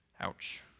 Ouch